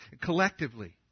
Collectively